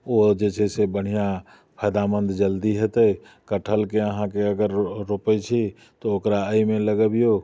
ओ जे छै से बढ़िआँ फायदामन्द जल्दी हेतै कटहरके अहाँ अगर रोपैत छी तऽ ओकरा एहिमे लगबियौ